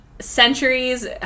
centuries